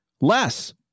less